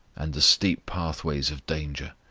and the steep pathways of danger,